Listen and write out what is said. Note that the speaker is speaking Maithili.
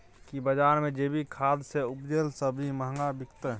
की बजार मे जैविक खाद सॅ उपजेल सब्जी महंगा बिकतै?